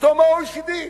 פתאום ה-OECD,